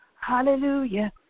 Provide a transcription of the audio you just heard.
hallelujah